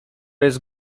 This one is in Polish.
jest